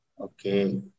Okay